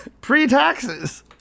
pre-taxes